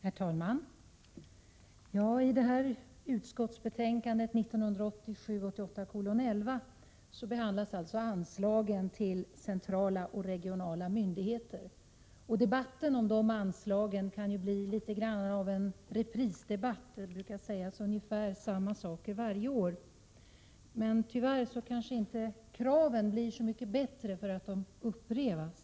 Herr talman! I utbildningsutskottets betänkande 1987/88:11 behandlas anslag till centrala och regionala myndigheter på skolområdet. Debatten om de anslagen kan bli något av en reprisdebatt. Det brukar sägas ungefär samma saker varje år. Tyvärr kanske inte kraven blir så mycket bättre därför att de upprepas.